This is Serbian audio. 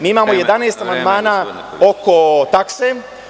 Mi imamo 11 amandmana oko takse.